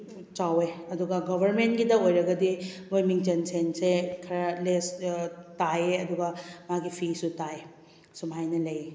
ꯆꯥꯎꯋꯦ ꯑꯗꯨꯒ ꯒꯣꯕꯔꯃꯦꯟꯒꯤꯗ ꯑꯣꯏꯔꯒꯗꯤ ꯃꯣꯏ ꯃꯤꯡꯖꯟ ꯁꯦꯟꯁꯦ ꯈꯔ ꯂꯦꯁ ꯇꯥꯏꯌꯦ ꯑꯗꯨꯒ ꯃꯥꯒꯤ ꯐꯤꯁꯁꯨ ꯇꯥꯥꯏ ꯁꯨꯝꯍꯥꯏꯅ ꯂꯩꯌꯦ